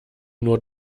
nur